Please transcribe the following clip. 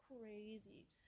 crazy